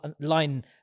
line